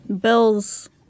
bills